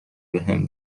بهم